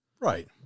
right